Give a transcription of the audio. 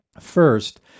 first